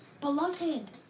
beloved